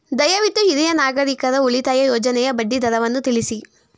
ದಯವಿಟ್ಟು ಹಿರಿಯ ನಾಗರಿಕರ ಉಳಿತಾಯ ಯೋಜನೆಯ ಬಡ್ಡಿ ದರವನ್ನು ತಿಳಿಸಿ